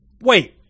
Wait